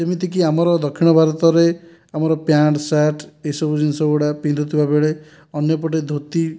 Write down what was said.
ଯେମିତି ଆମର ଦକ୍ଷିଣ ଭାରତରେ ଆମର ପ୍ୟାଣ୍ଟ ସାର୍ଟ ଏସବୁ ଜିନିଷ ଗୁଡ଼ା ପିନ୍ଧୁଥିବା ବେଳେ ଅନ୍ୟପଟେ ଧୋତି